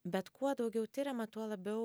bet kuo daugiau tiriama tuo labiau